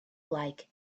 like